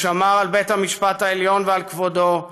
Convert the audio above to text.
הוא שמר על בית המשפט העליון ועל כבודו,